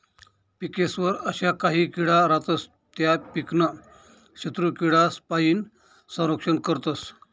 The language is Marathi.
पिकेस्वर अशा काही किडा रातस त्या पीकनं शत्रुकीडासपाईन संरक्षण करतस